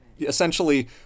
essentially